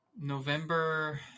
November